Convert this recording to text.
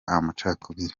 amacakubiri